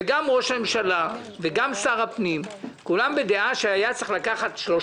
וגם ראש הממשלה וגם שר הפנים כולם בדעה שהיה צריך לקחת 3